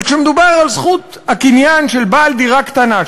אבל כשמדובר על זכות הקניין של בעל דירה קטנה,